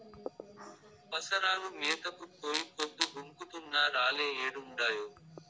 పసరాలు మేతకు పోయి పొద్దు గుంకుతున్నా రాలే ఏడుండాయో